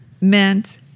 meant